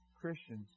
Christians